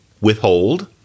Withhold